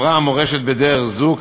עברה המורשת בדרך זו,